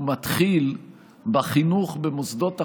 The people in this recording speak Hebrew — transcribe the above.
הוא מתחיל בחינוך במוסדות החינוך,